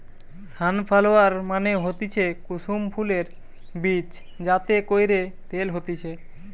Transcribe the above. sunflower মানে হতিছে কুসুম ফুলের বীজ যাতে কইরে তেল হতিছে